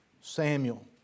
Samuel